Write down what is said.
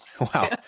wow